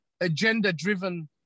agenda-driven